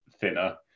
thinner